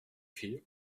fille